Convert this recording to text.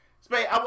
Spade